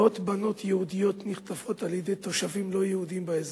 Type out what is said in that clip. מאות בנות יהודיות נחטפות על-ידי תושבים לא יהודים באזור.